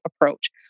approach